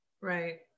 Right